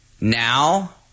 now